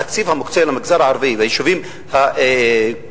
התקציב המוקצה למגזר הערבי וליישובים העירוניים,